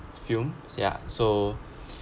film ya so